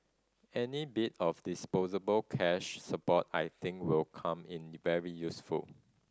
any bit of disposable cash support I think will come in very useful